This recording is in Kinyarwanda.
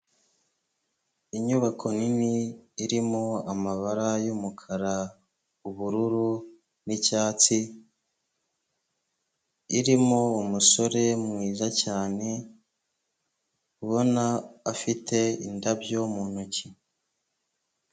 Inyubako nini, irimo amabara y'umukara, ubururu, n'icyatsi, irimo umusore mwiza cyane, ubona afite indabyo mu ntoki.